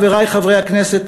חברי חברי הכנסת,